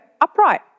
upright